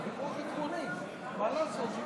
זה חוק עקרוני, מה לעשות?